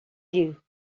you